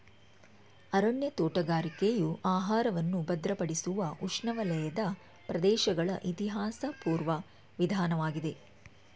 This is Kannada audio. ಅರಣ್ಯ ತೋಟಗಾರಿಕೆಯು ಆಹಾರವನ್ನು ಭದ್ರಪಡಿಸುವ ಉಷ್ಣವಲಯದ ಪ್ರದೇಶಗಳ ಇತಿಹಾಸಪೂರ್ವ ವಿಧಾನವಾಗಿದೆ